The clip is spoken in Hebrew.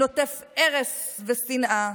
נוטף ארס ושנאה,